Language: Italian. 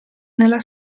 nella